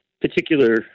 particular